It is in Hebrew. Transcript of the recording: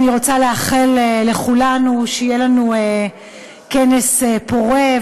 אני רוצה לאחל לכולנו שיהיה לנו כנס פורה,